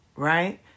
Right